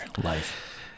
life